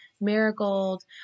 marigold